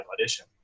audition